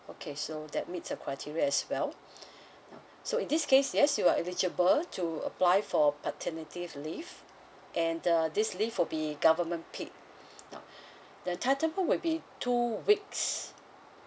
okay so that meet the criteria as well so in this case yes you are eligible to apply for paternity leave and uh this leave will be government paid the entitlement will be two weeks